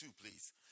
please